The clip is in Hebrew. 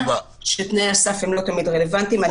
ותנאי הסף לא תמיד רלוונטיים.